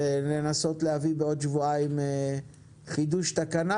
ולנסות להביא בעוד שבועיים חידוש תקנה